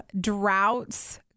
droughts